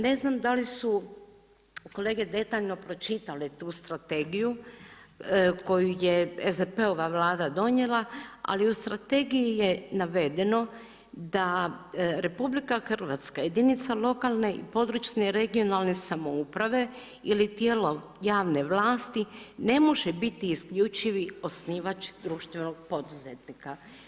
Ne znam da li su kolege detaljno pročitale tu strategiju koju je SDP-ova vlada donijela, ali u strategiji je navedeno da RH, jedinice lokalne (regionalne) i područne samouprave ili tijelo javne vlasti ne može biti isključivi osnivač društvenog poduzetnika.